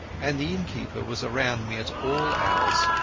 and the innkeeper was around me at all hours.